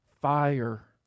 fire